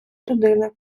людини